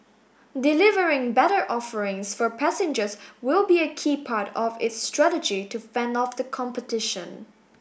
delivering better offerings for passengers will be a key part of its strategy to fend off the competition